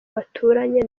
baturanye